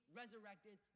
resurrected